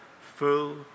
full